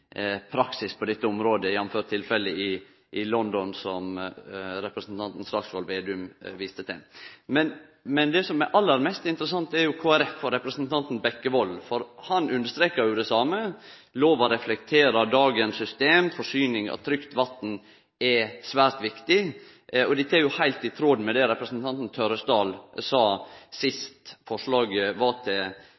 praksis på dette området, jf. tilfellet i London som representanten Slagsvold Vedum viste til. Men det som er aller mest interessant, er Kristeleg Folkeparti og representanten Bekkevold, for han understreka jo det same: Lova reflekterer dagens system, forsyning av trygt vatn er svært viktig. Dette er heilt i tråd med det representanten Tørresdal sa